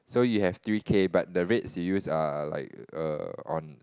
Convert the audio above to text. so you have three K but the rates you use err like err on